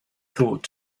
thought